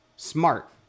Smart